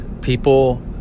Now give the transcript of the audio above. people